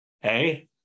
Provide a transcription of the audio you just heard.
Hey